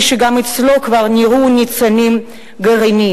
שגם אצלו כבר נראו ניצנים גרעיניים.